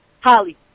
Holly